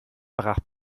brach